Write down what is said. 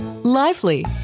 lively